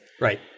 Right